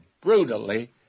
brutally